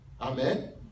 Amen